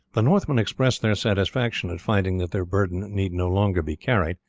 the northmen expressed their satisfaction at finding that their burden need no longer be carried,